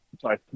Sorry